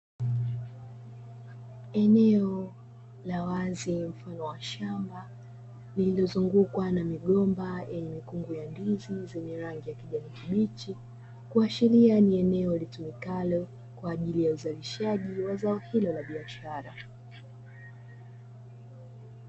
Eneo la wazi mfano wa shamba lililozungukwa na migomba yenye mikungu ya ndizi zenye rangi ya kijani kibichi, kuashiria ni eneo litumikalo kwa ajili ya uzalishaji wa zao hilo la biashara.